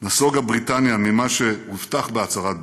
נסוגה בריטניה ממה שהובטח בהצהרת בלפור,